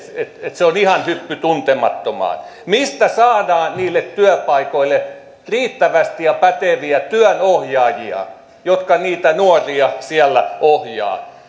se on ihan hyppy tuntemattomaan mistä saadaan niille työpaikoille riittävästi päteviä työnohjaajia jotka niitä nuoria siellä ohjaavat